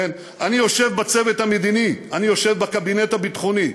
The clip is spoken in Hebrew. אני יושב בצוות המדיני, אני יושב בקבינט הביטחוני.